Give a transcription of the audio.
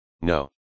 No